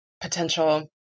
potential